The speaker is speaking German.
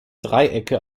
dreiecke